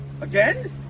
Again